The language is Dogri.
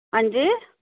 हां जी